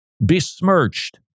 besmirched